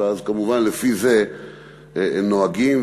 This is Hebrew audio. וכמובן לפי זה הם נוהגים,